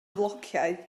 flociau